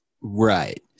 Right